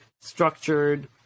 structured